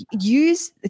use